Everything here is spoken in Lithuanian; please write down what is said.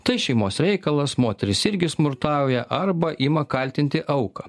tai šeimos reikalas moterys irgi smurtauja arba ima kaltinti auką